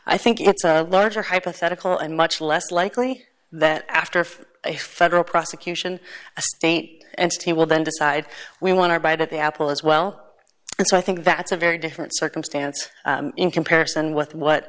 i think it's a larger hypothetical and much less likely that after a federal prosecution state and he will then decide we want our bite at the apple as well so i think that's a very different circumstance in comparison with what